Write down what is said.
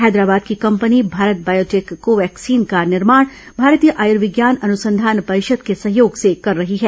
हैदराबाद की कंपनी Bharat Biotech Covaxin का निर्मोण भारतीय आयर्विज्ञान अनुसंधान परिषद के सहयोग से कर रही है